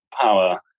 power